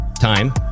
time